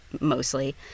mostly